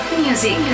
music